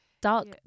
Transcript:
Dark